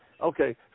Okay